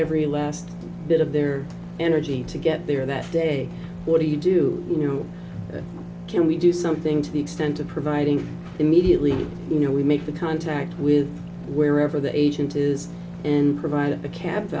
every last bit of their energy to get there that day what do you do you know can we do something to the extent of providing immediately you know we make the contact with wherever the agent is and provide a ca